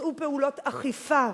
בוצעו פעולות אכיפה.